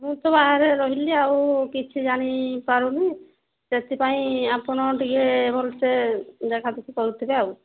ମୁଁ ତ ବାହାରେ ରହିଲି ଆଉ କିଛି ଜାଣିପାରୁନି ସେଥିପାଇଁ ଆପଣ ଟିକେ ଭଲରେ ଦେଖା ଦେଖି କରୁଥିବେ ଆଉ